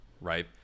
Right